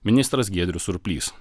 ministras giedrius surplys